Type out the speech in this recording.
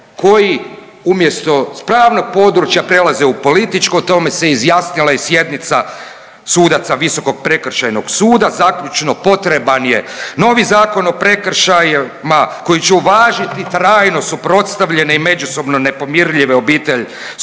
koji umjesto s pravnog područja prelaze u političko, o tome se izjasnila i sjednica sudaca Visokog prekršajnog suda. Zaključno, potreban je novi Zakon o prekršajima koji će uvažiti trajno suprotstavljene i međusobno nepomirljive obiteljsko